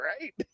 right